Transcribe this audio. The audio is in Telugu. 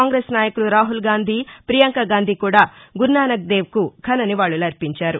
కాంగ్రెస్ నాయకులు రాహుల్ గాంధీ ప్రియాంకా గాంధీ కూడా గురునానక్ దేవ్కు ఘన నివాళులర్పించారు